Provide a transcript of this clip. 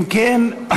אם כן,